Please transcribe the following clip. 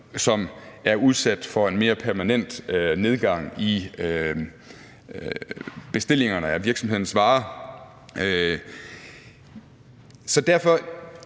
som er udsat for en mere permanent nedgang i bestillingerne af virksomhedens varer. Den her